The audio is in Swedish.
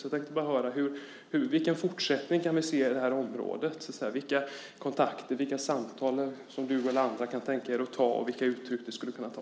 Jag undrar därför: Vilken fortsättning kan vi se inom detta område? Vilka kontakter och samtal kan du eller andra tänka er att ta, och vilka uttryck skulle de kunna ta?